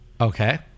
Okay